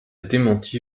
démenti